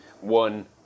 one